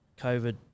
COVID